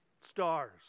stars